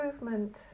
Movement